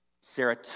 Sarah